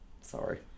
Sorry